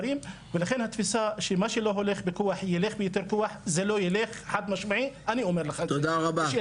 בסופו של דבר, הממשלה, או